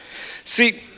See